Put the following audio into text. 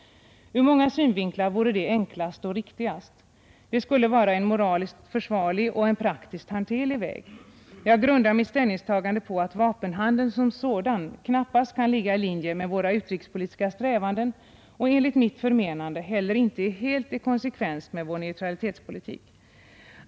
Ur många synvinklar vore det enklast och riktigast. Det skulle vara en moraliskt försvarlig och en praktiskt hanterlig väg. Jag grundar mitt ställningstagande på att vapenhandeln som sådan knappast kan ligga i linje med våra utrikespolitiska strävanden och enligt mitt förmenande heller inte är helt i konsekvens med vår neutralitetspolitik.